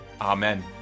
Amen